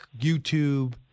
YouTube